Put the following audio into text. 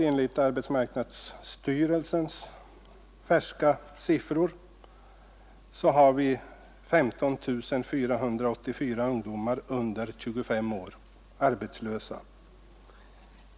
Enligt arbetsmarknadsstyrelsens färska siffror är i dag 15 484 ungdomar under 25 år arbetslösa.